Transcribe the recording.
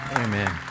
Amen